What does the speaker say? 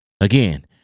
Again